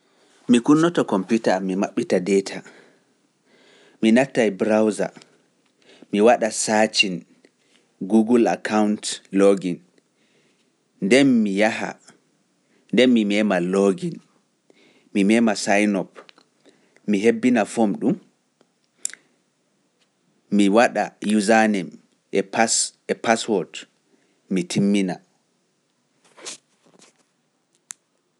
Mi kunnoto kompita, mi maɓɓita deeta, mi natta e Browser, mi waɗa Saacin, Google Account, Login, nden mi yaha, nden mi meema Login, mi meema Sainop, mi hebbina fom ɗum, mi waɗa username e password, mi timmina.